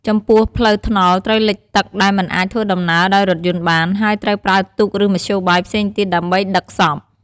ចំពោះផ្លូវថ្នល់ត្រូវលិចទឹក ដែលមិនអាចធ្វើដំណើរដោយរថយន្តបាន ហើយត្រូវប្រើទូក ឬមធ្យោបាយផ្សេងទៀត ដើម្បីដឹកសព។